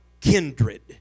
kindred